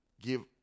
give